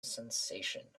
sensation